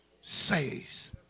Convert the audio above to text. says